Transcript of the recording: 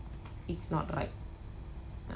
it's not right